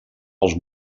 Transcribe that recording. els